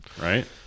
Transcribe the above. right